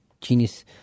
genius